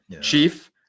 chief